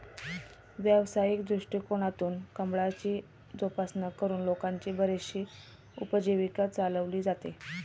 व्यावसायिक दृष्टिकोनातून कमळाची जोपासना करून लोकांची बरीचशी उपजीविका चालवली जाते